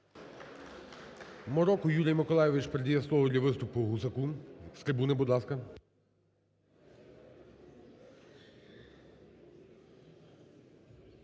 Мороко Юрій Миколайович передає слово для виступу Гусаку. З трибуни, будь ласка.